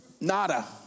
Nada